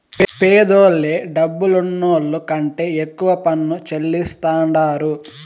పేదోల్లే డబ్బులున్నోళ్ల కంటే ఎక్కువ పన్ను చెల్లిస్తాండారు